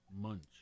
Munch